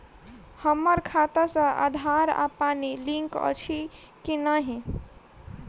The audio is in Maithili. हम्मर खाता सऽ आधार आ पानि लिंक अछि की नहि?